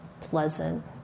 pleasant